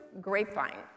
grapevine